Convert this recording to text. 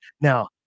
now